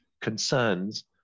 concerns